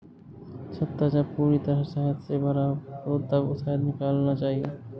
छत्ता जब पूरी तरह शहद से भरा हो तभी शहद निकालना चाहिए